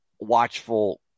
watchful